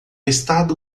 estado